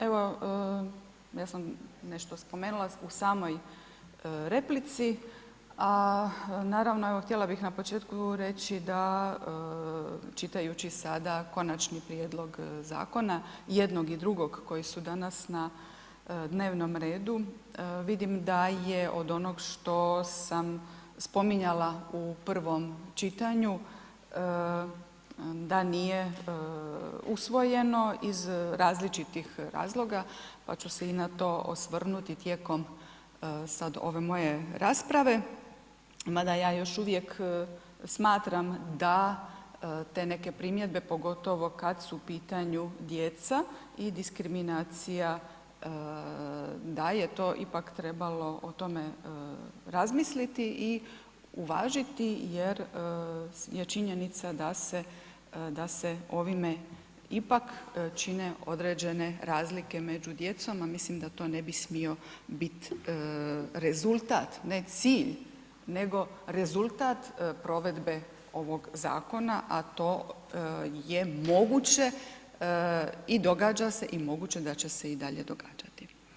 Evo, ja sam nešto spomenula u samoj replici, a naravno, evo htjela bih na početku reći da čitajući sada konačni prijedlog zakona jednog i drugog koji su danas na dnevnom redu, vidim da je od onog što sam spominjala u prvom čitanju, da nije usvojeno iz različitih razloga pa ću se i na to osvrnuti tijekom sad ove moje rasprave, ma da ja još uvijek smatram da te neke primjedbe, pogotovo kad su u pitanju djeca i diskriminacija da je to ipak trebalo o tome razmisliti i uvažiti jer je činjenica da se ovime ipak čine određene razlike među djecom, a mislim da to ne bi smio biti rezultat, ne cilj, nego rezultat provedbe ovog zakona, a to je moguće i događa se i moguće da se i dalje događati.